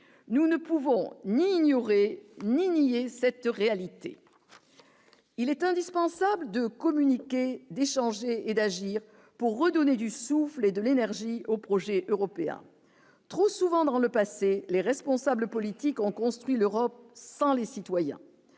nous ne pouvons ni ignorer ni ni à cette réalité, il est indispensable de communiquer, d'échanger et d'agir pour redonner du souffle et de l'énergie au projet européen trop souvent dans le passé, les responsables politiques ont construit l'Europe sans les citoyens,